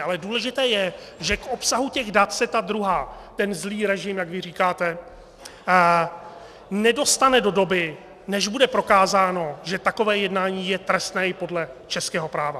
Ale důležité je, že k obsahu těch dat se ta druhá strana, ten zlý režim, jak vy říkáte, nedostane do doby, než bude prokázáno, že takové jednání je trestné i podle českého práva.